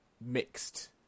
mixed